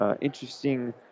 interesting